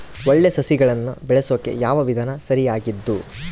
ಒಳ್ಳೆ ಸಸಿಗಳನ್ನು ಬೆಳೆಸೊಕೆ ಯಾವ ವಿಧಾನ ಸರಿಯಾಗಿದ್ದು?